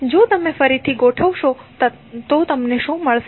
જો તમે ફરીથી ગોઠવશો તો તમને શું મળશે